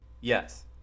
Yes